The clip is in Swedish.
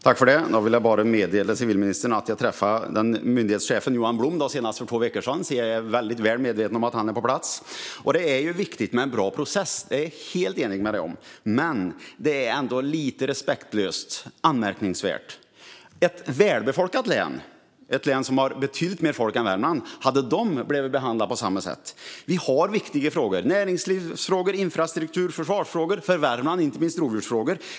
Fru talman! Då vill jag bara meddela civilministern att jag träffade myndighetschefen Johan Blom senast för två veckor sedan, så jag är väl medveten om att han är på plats. Det är viktigt med en bra process, det är jag helt enig med ministern om. Men detta är ändå lite respektlöst och anmärkningsvärt. Hade ett välbefolkat län med betydligt mer folk än Värmland blivit behandlat på samma sätt? Vi har viktiga frågor som näringslivsfrågor, infrastrukturfrågor, försvarsfrågor och - inte minst viktiga för Värmland - rovdjursfrågor.